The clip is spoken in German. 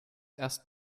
erst